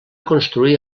construir